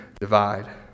divide